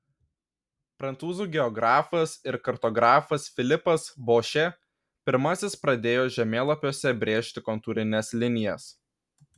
prancūzų geografas ir kartografas filipas bošė pirmasis pradėjo žemėlapiuose brėžti kontūrines linijas